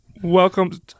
Welcome